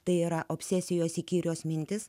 tai yra obsesijos įkyrios mintys